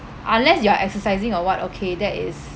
unless you are exercising or what okay that is